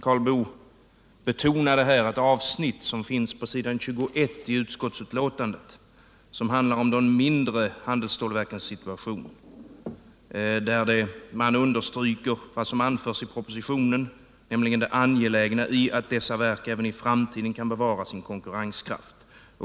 Karl Boo betonade ett avsnitt på s. 21 i utskottsbetänkandet som handlar om de mindre handelsstålverkens situation. Utskottet understryker där vad som anförs i propositionen, nämligen ”det angelägna i att dessa verk även i framtiden kan bevara sin konkurrenskraft.